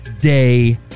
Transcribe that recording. day